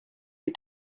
you